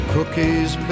Cookies